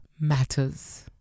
matters